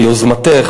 ביוזמתך,